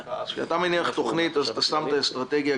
כאשר אתה מניח תוכנית אתה שם את האסטרטגיה,